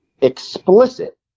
explicit